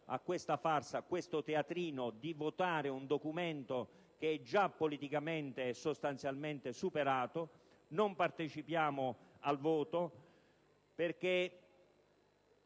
a questa farsa, al teatrino di votare un documento già politicamente e sostanzialmente superato. Non parteciperemo al voto perché